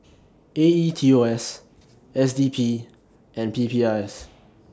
A E T O S S D P and P P I S